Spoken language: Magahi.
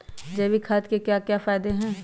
जैविक खाद के क्या क्या फायदे हैं?